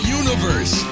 universe